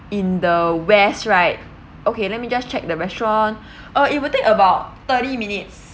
in the west right okay let me just check the restaurant uh it will take about thirty minutes